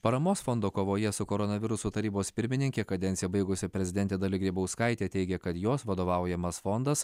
paramos fondo kovoje su koronavirusu tarybos pirmininkė kadenciją baigusi prezidentė dalia grybauskaitė teigė kad jos vadovaujamas fondas